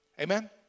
Amen